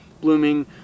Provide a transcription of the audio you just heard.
blooming